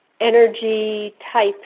energy-type